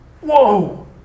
Whoa